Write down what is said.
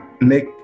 make